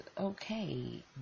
okay